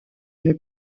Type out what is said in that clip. une